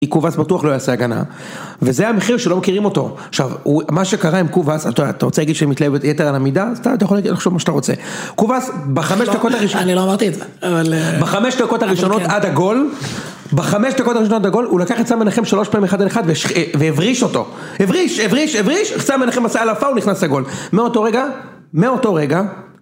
היא קובס בטוח לא יעשה הגנה וזה המחיר שלא מכירים אותו עכשיו מה שקרה עם קובס אתה רוצה להגיד שהם מתלהבים יותר על המידה אתה יכול לחשוב מה שאתה רוצה אני לא אמרתי את זה בחמש דקות הראשונות עד הגול בחמש דקות הראשונות עד הגול הוא לקח את סמנכם שלוש פעמים אחד על אחד והבריש אותו הוא נכנס לגול מאותו רגע